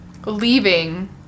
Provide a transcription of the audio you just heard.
leaving